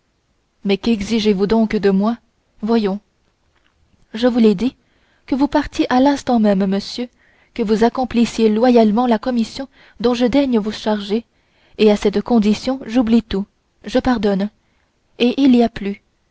mais quexigez vous donc de moi voyons je vous l'ai dit que vous partiez à l'instant même monsieur que vous accomplissiez loyalement la commission dont je daigne vous charger et à cette condition j'oublie tout je pardonne et il y a plus